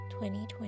2020